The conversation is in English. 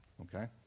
Okay